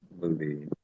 movie